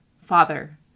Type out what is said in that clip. Father